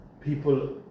people